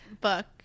Book